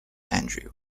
andrew